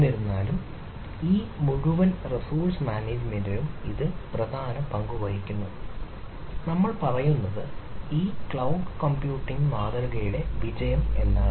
എന്നിരുന്നാലും ഈ മുഴുവൻ റിസോഴ്സ് മാനേജ്മെൻറും ഇതിന് പ്രധാന പങ്ക് വഹിക്കുന്നു നമ്മൾ പറയുന്നത് ഈ ക്ലൌഡ് കമ്പ്യൂട്ടിംഗ് മാതൃകയുടെ വിജയം എന്നതാണ്